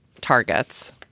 targets